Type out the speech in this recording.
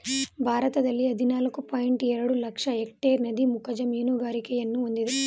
ಭಾರತದಲ್ಲಿ ಹದಿನಾಲ್ಕು ಪಾಯಿಂಟ್ ಎರಡು ಎರಡು ಲಕ್ಷ ಎಕ್ಟೇರ್ ನದಿ ಮುಖಜ ಮೀನುಗಾರಿಕೆಯನ್ನು ಹೊಂದಿದೆ